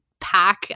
pack